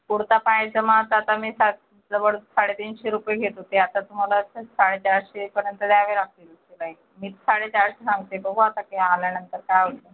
कुर्ता पायजमाच आता मी सा जवळ साडे तीनशे रुपये घेत होते आता तुम्हाला साडे चारशेपर्यंत द्यावे लागतील शिलाई मी साडे चारशे सांगते बघू आता ते आल्यानंतर काय होतं